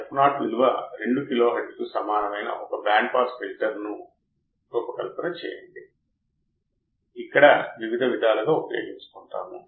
అప్పుడు మనం ఆపరేషన్ యాంప్లిఫైయర్ను ఎలా ఉపయోగించవచ్చు